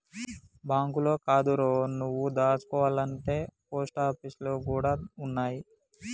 బాంకులే కాదురో, నువ్వు దాసుకోవాల్నంటే పోస్టాపీసులు గూడ ఉన్నయ్